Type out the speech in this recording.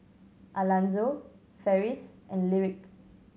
Alanzo Ferris and Lyric